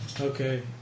Okay